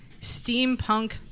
steampunk